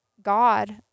god